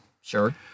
Sure